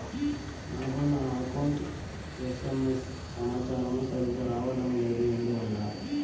నాకు నా account SMS సమాచారము సరిగ్గా రావడం లేదు ఎందువల్ల?